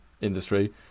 industry